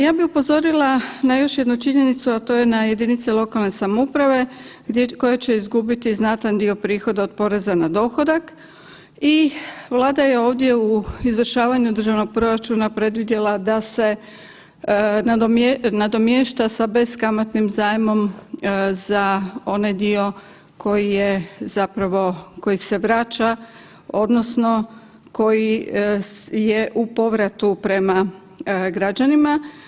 Ja bi upozorila na još jednu činjenicu, a to je na jedinice lokalne samouprave koje će izgubiti znatan dio prihoda od poreza na dohodak i Vlada je ovdje u izvršavanju državnog proračuna predvidjela da se nadomješta sa beskamatnim zajmom za onaj dio koji je zapravo, koji se vraća odnosno koji je u povratu prema građanima.